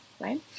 right